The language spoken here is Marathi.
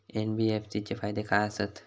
एन.बी.एफ.सी चे फायदे खाय आसत?